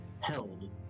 held